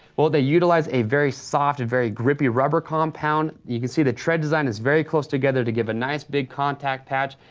well, they utilize a very soft, a and very grippy rubber compound. you can see the tread design is very close together to give a nice, big contact patch,